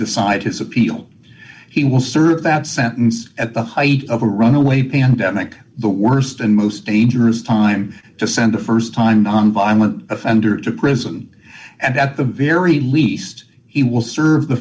decide his appeal he will serve that sentence at the height of a runaway pandemic the worst and most dangerous time to send a st time nonviolent offender to prison and at the very least he will serve the